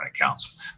accounts